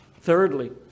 Thirdly